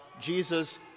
Jesus